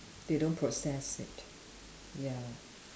they don't process it ya